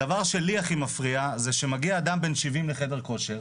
הדבר שלי הכי מפריע זה שמגיע אדם בן 70 לחדר כושר,